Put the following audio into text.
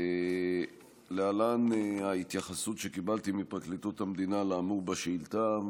להלן ההתייחסות שקיבלתי מפרקליטות המדינה לאמור בשאילתה,